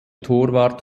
torwart